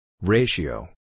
Ratio